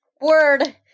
Word